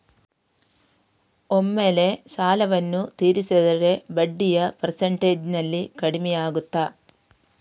ಒಮ್ಮೆಲೇ ಸಾಲವನ್ನು ತೀರಿಸಿದರೆ ಬಡ್ಡಿಯ ಪರ್ಸೆಂಟೇಜ್ನಲ್ಲಿ ಕಡಿಮೆಯಾಗುತ್ತಾ?